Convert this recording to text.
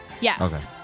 Yes